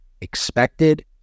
expected